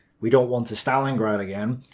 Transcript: we don't want a stalingrad again.